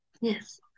Yes